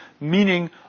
Meaning